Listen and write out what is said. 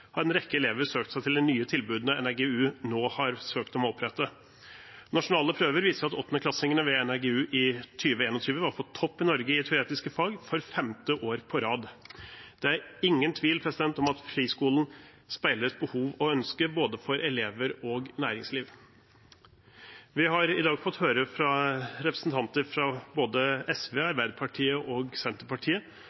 har en rekke elever søkt seg til de nye tilbudene NRG-U nå har søkt om å få opprette. Nasjonale prøver viser at åttendeklassingene på NRG-U i 2021 var på topp i Norge i teoretiske fag for femte år på rad. Det er ingen tvil om at friskolen speiler et behov og ønske fra både elever og næringsliv. Vi har i dag fått høre fra representanter fra både SV,